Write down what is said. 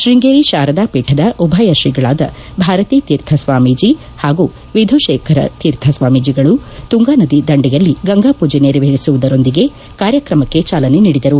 ಶ್ವಂಗೇರಿ ಶಾರದಾ ಪೀಠದ ಉಭಯ ಶ್ರೀಗಳಾದ ಭಾರತೀ ತೀರ್ಥ ಸ್ವಾಮೀಜಿ ಹಾಗೂ ವಿಧುಶೇಖರ ತೀರ್ಥ ಸ್ವಾಮೀಜಿಗಳು ತುಂಗಾನದಿ ದಂಡೆಯಲ್ಲಿ ಗಂಗಾಪೂಜೆ ನೇರವೇರಿಸುವುದರೊಂದಿಗೆ ಕಾರ್ಯಕ್ರಮಕ್ಕೆ ಜಾಲನೆ ನೀಡಿದರು